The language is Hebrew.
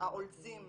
העולזים